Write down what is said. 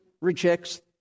rejects